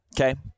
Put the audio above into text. Okay